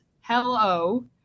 Hello